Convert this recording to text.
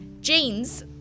Jeans